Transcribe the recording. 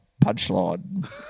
Punchline